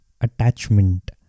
attachment